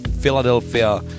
Philadelphia